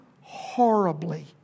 horribly